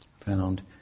found